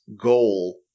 goal